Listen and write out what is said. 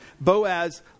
Boaz